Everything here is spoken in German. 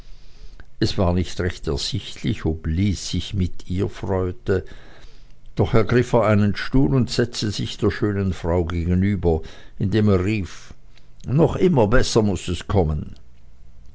es war nicht recht ersichtlich ob lys sich mit ihr freute doch ergriff er einen stuhl und setzte sich der schönen frau gegenüber indem er rief noch immer besser muß es kommen